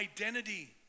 identity